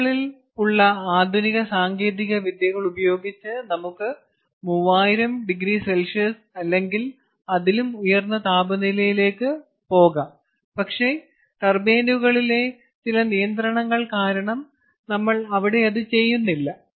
ചൂളകളിൽ ഉള്ള ആധുനിക സാങ്കേതിക വിദ്യകൾ ഉപയോഗിച്ച് നമുക്ക് 3000oC അല്ലെങ്കിൽ അതിലും ഉയർന്ന താപനിലയിലേക്ക് പോകാം പക്ഷേ ടർബൈനുകളിലെ ചില നിയന്ത്രണങ്ങൾ കാരണം നമ്മൾ അവിടെ അത് ചെയ്യുന്നില്ല